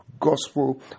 gospel